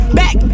back